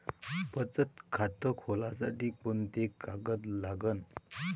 बचत खात खोलासाठी कोंते कागद लागन?